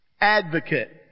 advocate